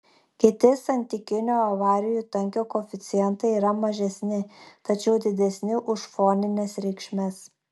kiti santykinio avarijų tankio koeficientai yra mažesni tačiau didesni už fonines reikšmes